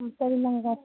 ம் சரி இந்தாங்க காசு